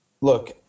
Look